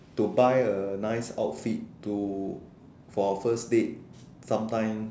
to buy a nice outfit to for a first date sometime